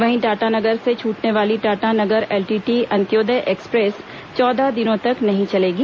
वहीं टाटा नगर से छूटने वाली Tatanagar LTT Antyodaya express चौदह दिनों तक नहीं चलेगी